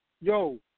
yo